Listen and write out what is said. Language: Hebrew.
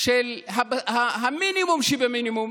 של המינימום שבמינימום,